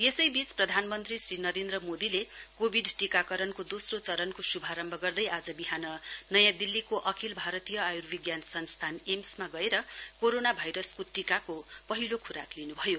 यसैबीच श्री नरेन्द्र मोदीले कोविड टीकाकरणको दोस्रो चरणको शुभारम्भ गर्दै आज बिहान नयाँ दिल्लीको अखिल भारतीय आयुर्विज्ञान संस्थान एम्समा गएर कोरोना भाइरसको टीकाको पहिलो खुराक लिनु भयो